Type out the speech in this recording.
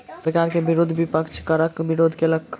सरकार के विरुद्ध विपक्ष करक विरोध केलक